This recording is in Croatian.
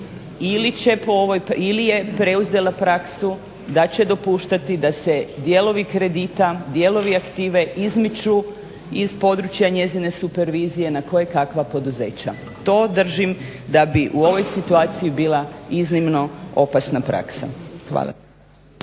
ili je preuzela praksu da će dopuštati da se dijelovi kredita, dijelovi aktive izmiču iz područja njezine supervizije na kojekakva poduzeća. To držim da bi u ovoj situaciji bila iznimno opasna praksa. Hvala.